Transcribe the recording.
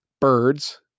birds